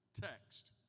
text